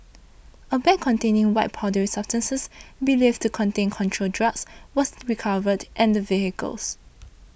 a bag containing white powdery substances believed to contain controlled drugs was recovered in the vehicles